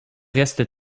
reste